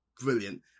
Brilliant